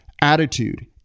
attitude